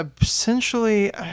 essentially